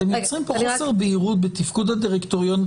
אתם מייצרים כאן חוסר בהירות בתפקוד הדירקטוריון.